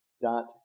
dot